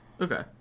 Okay